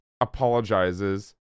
apologizes